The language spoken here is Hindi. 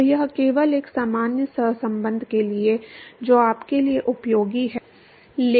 तो यह केवल एक सामान्य सहसंबंध के लिए है जो आपके लिए उपयोगी है कुछ गणना उद्देश्यों में उपयोगी है